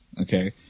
Okay